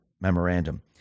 memorandum